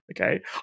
okay